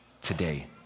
today